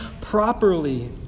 properly